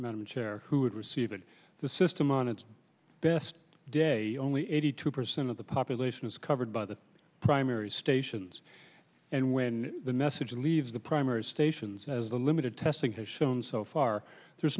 madam chair who would receive it the system on its best day only eighty two percent of the population is covered by the primary stations and when the message leaves the primary stations as the limited testing has shown so far there's